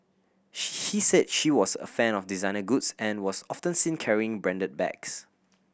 he he said she was a fan of designer goods and was often seen carrying branded bags